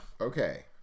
Okay